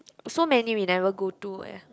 so many we never go to eh